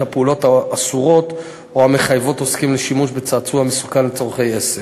הפעולות האסורות או המחייבות עוסקים לשימוש בצעצוע מסוכן לצורכי עסק.